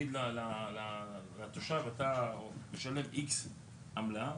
להגיד לתושב אתה משלם X עמלה.